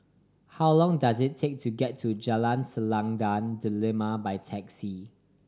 how long does it take to get to Jalan Selendang Delima by taxi